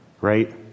right